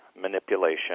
manipulation